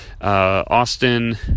Austin